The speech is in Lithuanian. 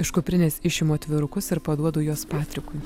iš kuprinės išimu atvirukus ir paduodu juos patrikui